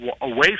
away